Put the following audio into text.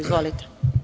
Izvolite.